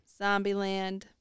Zombieland